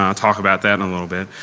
um talk about that in a little bit.